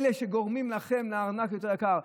אלה שגורמים לכם לארנק יותר יקר.